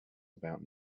about